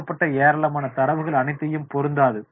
வழங்கப்பட்ட ஏராளமான தரவுகள் அனைத்தும் பொருந்தாது